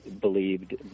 believed